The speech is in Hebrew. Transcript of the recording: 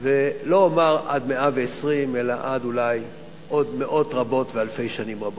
ולא אומר עד מאה-ועשרים אלא עד אולי עוד מאות רבות ואלפי שנים רבות.